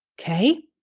Okay